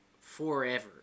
forever